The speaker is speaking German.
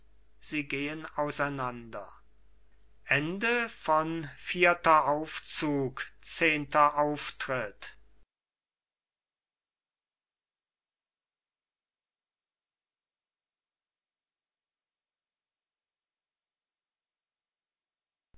sie gehen auseinander eilfter auftritt